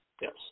Yes